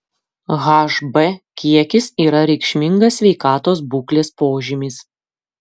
hb kiekis yra reikšmingas sveikatos būklės požymis